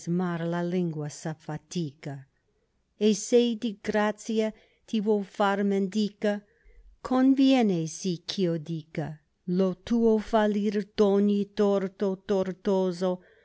la lingua s'affatica e se di grazia ti vo'far mendica conviene si ch'io dica lo tuo fallir d ogni torto tortoso non